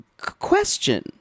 question